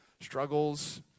struggles